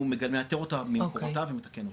הוא מאתר אותה ממקומותיו ומתקן אותה.